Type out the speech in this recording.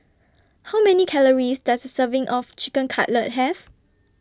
How Many Calories Does A Serving of Chicken Cutlet Have